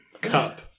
Cup